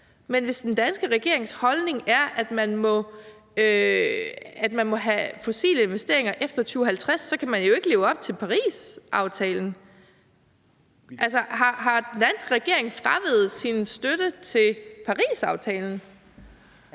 Men hvis den danske regerings holdning er, at man må have fossile investeringer efter 2050, kan man jo ikke leve op til Parisaftalen. Altså, har den danske regering fraveget sin støtte til Parisaftalen?